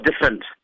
different